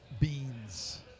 beans